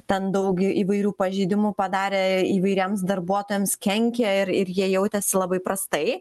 ten daug įvairių pažeidimų padarę įvairiems darbuotojams kenkia ir ir jie jautėsi labai prastai